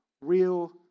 real